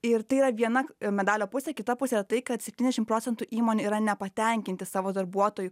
ir tai yra viena medalio pusė kita pusė tai kad septyniasdešim procentų įmonių yra nepatenkinti savo darbuotojų